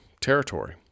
territory